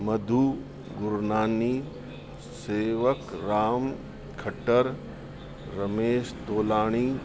Madhu Gurnani Sevakram Khatar Ramesh Tolani